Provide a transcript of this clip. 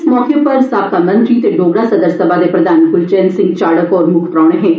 इस मौके उप्पर साबका मंत्री ते डोगरा सदर सभा दे प्रधान गुलवैन सिंह चाढ़क होर मुक्ख परौह्ने हे